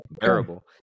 terrible